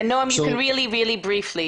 אולי אני אתרגם לצורך היעילות.